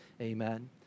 Amen